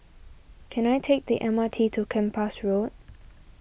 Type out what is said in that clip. can I take the M R T to Kempas Road